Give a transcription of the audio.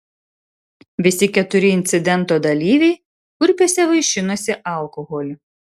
visi keturi incidento dalyviai kurpiuose vaišinosi alkoholiu